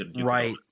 Right